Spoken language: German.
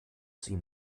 sie